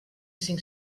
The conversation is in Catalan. cinc